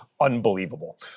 unbelievable